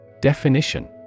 Definition